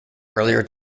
earlier